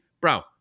bro